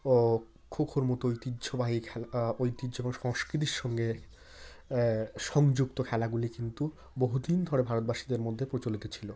ও খোখোর মতো ঐতিহ্যবাহী খেলা ঐতিহ্য সংস্কৃতির সঙ্গে সংযুক্ত খেলাগুলি কিন্তু বহু দিন ধরে ভারতবাসীদের মধ্যে প্রচলিত ছিল